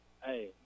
Hey